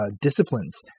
disciplines